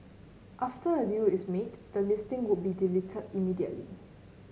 after a deal is made the listing would be deleted immediately